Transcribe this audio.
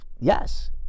yes